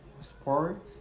sport